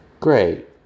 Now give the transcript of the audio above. Great